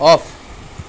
off